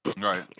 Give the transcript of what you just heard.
Right